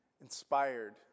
inspired